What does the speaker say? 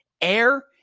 air